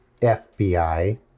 FBI